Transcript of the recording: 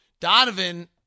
Donovan